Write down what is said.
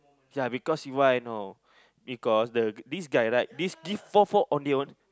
ya because why know because the these guy right these these four four Ondeh-Ondeh